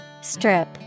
Strip